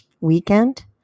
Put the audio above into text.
weekend